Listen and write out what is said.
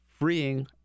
freeing